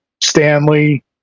Stanley